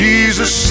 Jesus